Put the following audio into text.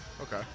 Okay